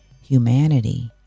humanity